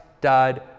died